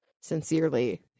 sincerely